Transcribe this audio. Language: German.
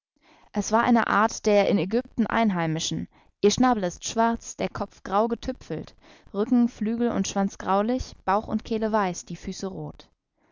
es war eine art der in aegypten einheimischen ihr schnabel ist schwarz der kopf grau getüpfelt rücken flügel und schwanz graulich bauch und kehle weiß die füße roth